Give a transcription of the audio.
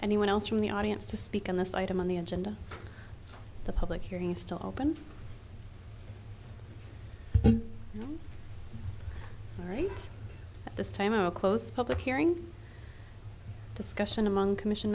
anyone else from the audience to speak on this item on the agenda the public hearings to open right this time a closed public hearing discussion among commission